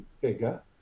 bigger